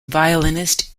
violinist